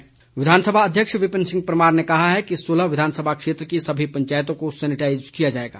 परमार विधानसभा अध्यक्ष विपिन परमार ने कहा है कि सुलह विधानसभा क्षेत्र की सभी पंचायतों को सैनिटाईज किया जाएगा